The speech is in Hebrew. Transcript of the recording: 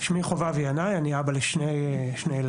שמי חובב ינאי, אני אבא לשני ילדים.